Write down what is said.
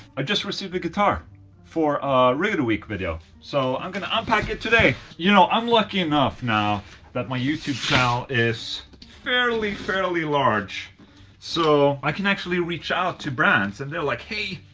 i just received a guitar for a rig of the week video so i'm gonna unpack it today you know, i'm lucky enough now that my youtube channel is fairly fairly large so i can actually reach out to brands and they're like hey